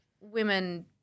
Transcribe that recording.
women